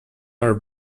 are